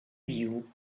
you